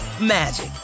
magic